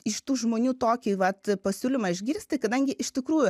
iš tų žmonių tokį vat pasiūlymą išgirsti kadangi iš tikrųjų